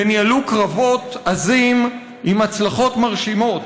וניהלו קרבות עזים עם הצלחות מרשימות